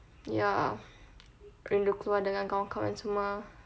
ya rindu keluar dengan kawan-kawan semua